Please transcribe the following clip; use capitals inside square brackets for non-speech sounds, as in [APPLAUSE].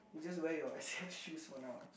you just wear your [LAUGHS] exam shoes for now ah